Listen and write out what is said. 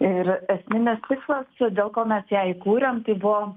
ir esminis tikslas dėl ko mes ją įkūrėm tai buvo